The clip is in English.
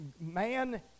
Man